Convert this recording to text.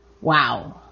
Wow